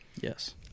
Yes